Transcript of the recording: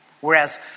Whereas